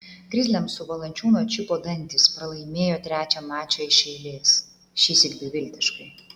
grizliams su valančiūnu atšipo dantys pralaimėjo trečią mačą iš eilės šįsyk beviltiškai